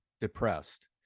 depressed